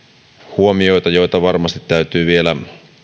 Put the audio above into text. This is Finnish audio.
huomioita joita varmasti täytyy vielä